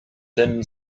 thin